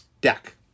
deck